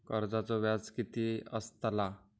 कर्जाचो व्याज कीती असताला?